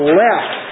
left